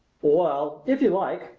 well if you like!